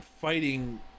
fighting